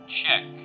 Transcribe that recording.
check